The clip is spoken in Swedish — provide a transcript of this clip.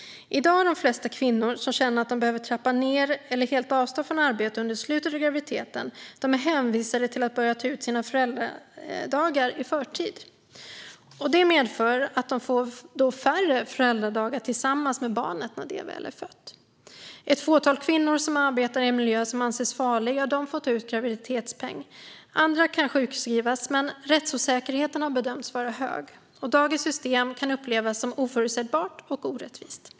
I dag är de flesta kvinnor som känner att de behöver trappa ned eller helt avstå från arbete under slutet av graviditeten hänvisade till att börja ta ut sina föräldradagar i förtid. Det medför att de får färre föräldradagar tillsammans med barnet när det väl är fött. Ett fåtal kvinnor som arbetar i en miljö som anses farlig får graviditetspenning. Andra sjukskrivs. Men rättsosäkerheten har bedömts vara hög, och dagens system kan upplevas som oförutsägbart och orättvist.